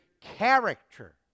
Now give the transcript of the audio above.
character